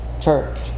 church